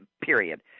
period